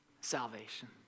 Salvation